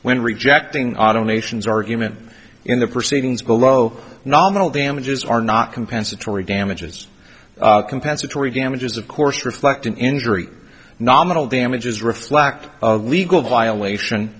when rejecting automations argument in the proceedings below nominal damages are not compensatory damages compensatory damages of course reflect an injury nominal damages reflect of legal violation